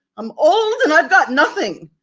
i'm old and i've got nothing.